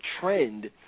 trend